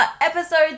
episode